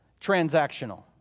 transactional